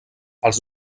els